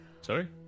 sorry